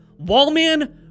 Wallman